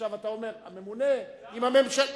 עכשיו אתה אומר: הממונה, אם הממשלה,